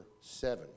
seven